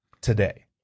today